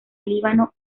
líbano